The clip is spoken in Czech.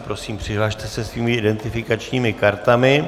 Prosím, přihlaste se svými identifikačními kartami.